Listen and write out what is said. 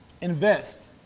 invest